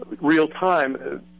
real-time